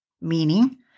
Meaning